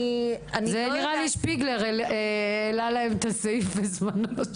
האמת, שפיגלר העלה להם את הסעיף בזמנו...